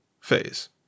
phase